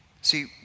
See